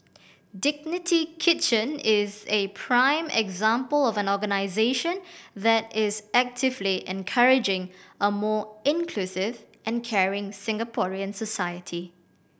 Dignity Kitchen is a prime example of an organisation that is actively encouraging a more inclusive and caring Singaporean society